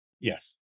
Yes